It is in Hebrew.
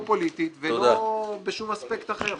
לא פוליטית ולא בשום אספקט אחר.